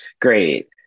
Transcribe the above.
Great